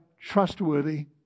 trustworthy